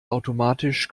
automatisch